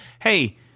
hey